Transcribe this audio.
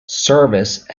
service